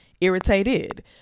irritated